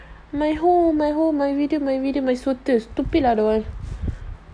my whole my whole my video my video stupid lah the wifi